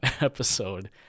episode